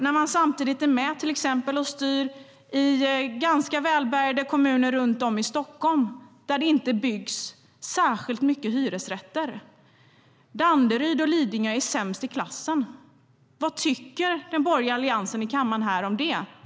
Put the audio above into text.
Man är samtidigt med och styr i ganska välbärgade kommuner runt om i Stockholmsområdet där det inte byggs särskilt mycket hyresrätter. Danderyd och Lidingö är sämst i klassen. Vad tycker den borgerliga alliansen i kammaren om det?